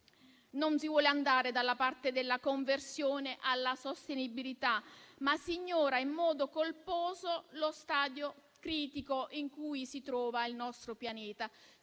non si vuole andare dalla parte della conversione alla sostenibilità, ma si ignora in modo colposo lo stadio critico in cui si trova il nostro pianeta.